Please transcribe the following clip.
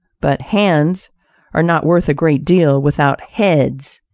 but hands are not worth a great deal without heads.